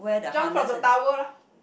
jump from the tower lah